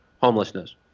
homelessness